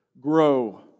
grow